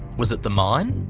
was it the mine?